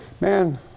Man